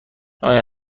آیا